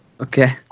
Okay